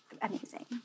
amazing